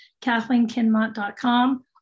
kathleenkinmont.com